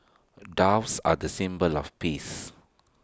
doves are the symbol of peace